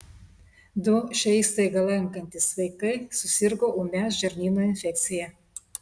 du šią įstaigą lankantys vaikai susirgo ūmia žarnyno infekcija